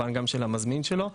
כמובן גם של המזמין שלו.